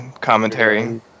commentary